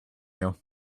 you